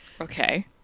Okay